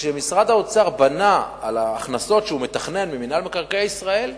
שכשמשרד האוצר בנה על ההכנסות שהוא מתכנן ממינהל מקרקעי ישראל,